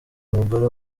umugore